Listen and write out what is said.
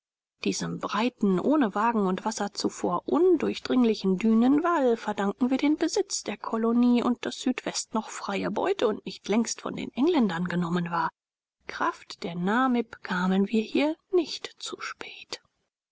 diesem breiten ohne wagen und wasserzufuhr undurchdringlichen dünenwall verdanken wir den besitz der kolonie und daß südwest noch freie beute und nicht längst von den engländern genommen war kraft der namib kamen wir hier nicht zu spät